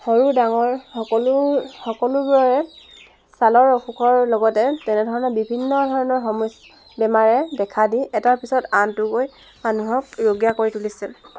সৰু ডাঙৰ সকলো সকলোবোৰৰে চালৰ অসুখৰ লগতে তেনে ধৰণৰ বিভিন্ন ধৰণৰ সমস্য বেমাৰে দেখা দি এটাৰ পিছত আনটো গৈ মানুহক ৰোগীয়া কৰি তুলিছে